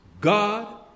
God